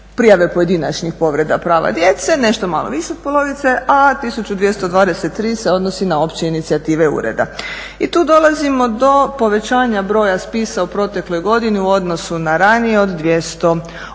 prijave pojedinačnih povreda prava djece, nešto malo više od polovice, a 1223 se odnosi na opće inicijative ureda. I tu dolazimo do povećanja broja spisa u protekloj godini u odnosu na ranije od 208.